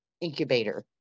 incubator